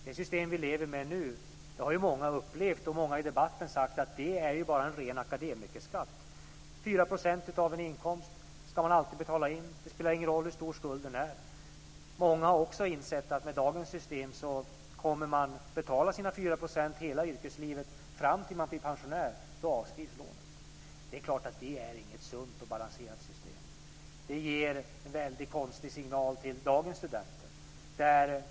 Det system vi lever med nu har många upplevt som en ren akademikerskatt, och det har ju många sagt i debatten också. Det innebär att man alltid ska betala in 4 % av inkomsten. Det spelar ingen roll hur stor skulden är. Många har också insett att med dagens system kommer man att betala sina 4 % hela yrkeslivet fram tills man blir pensionär. Det är inget sunt och balanserat system. Det ger en väldigt konstig signal till dagens studenter.